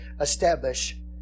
establish